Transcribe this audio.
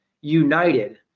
United